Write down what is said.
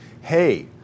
hey